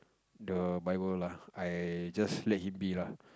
the bible lah I just let him be lah